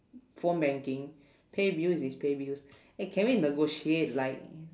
phone banking pay bills is pay bills eh can we negotiate like